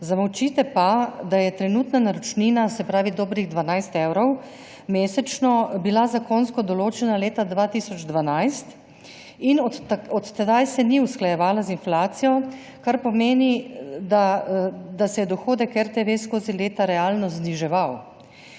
zamolčite pa, da je trenutna naročnina, se pravi dobrih 12 evrov mesečno, bila zakonsko določena leta 2012 in od tedaj se ni usklajevala z inflacijo, kar pomeni, da se je dohodek RTV skozi leta realno zniževal.